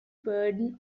burden